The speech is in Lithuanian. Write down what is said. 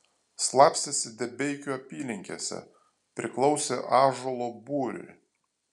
slapstėsi debeikių apylinkėse priklausė ąžuolo būriui